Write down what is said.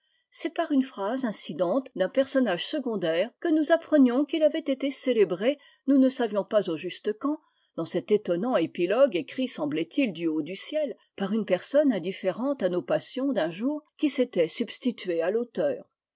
c'est par une phrase incidente d'un personnage secondaire que nous apprenions qu'il avait été célébré nous ne savions pas au juste quand dans cet étonnant épilogue écrit semblait-il du haut du ciel par une personne indifférente à nos passions d'un jour qui s'était substituée à l'auteur